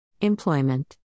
Employment